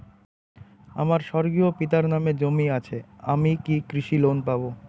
আমার স্বর্গীয় পিতার নামে জমি আছে আমি কি কৃষি লোন পাব?